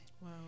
Wow